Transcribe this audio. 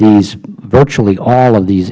these virtually all of these